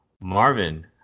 Marvin